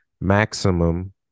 maximum